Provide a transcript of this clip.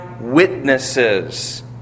witnesses